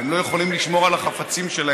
הם לא יכולים לשמור על החפצים שלהם,